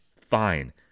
Fine